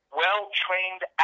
well-trained